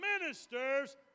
ministers